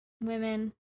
women